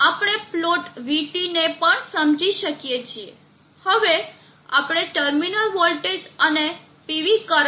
આપણે plot vT ને પણ સમજી શકીએ છીએ હવે આપણે ટર્મિનલ વોલ્ટેજ અને PV કરંટ પ્લોટ કરીશું